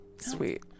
Sweet